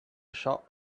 shop